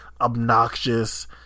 obnoxious